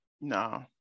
no